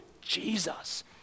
Jesus